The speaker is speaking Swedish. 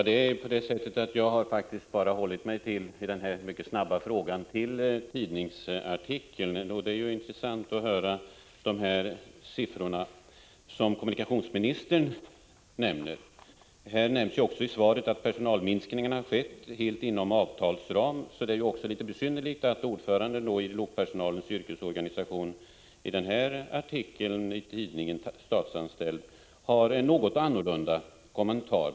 Herr talman! Jag har i denna mycket snabba fråga bara hållit mig till tidningsartikeln, och det är intressant att höra de siffror som kommunikationsministern nämner. I svaret sägs ju också att personalminskningen har skett helt inom ramen för ingångna avtal. Det är då litet besynnerligt att ordföranden i lokpersonalens yrkesorganisation i artikeln i tidningen Statsanställd har en något annorlunda kommentar.